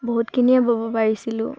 বহুতখিনিয়ে ব'ব পাৰিছিলোঁ